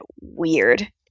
weird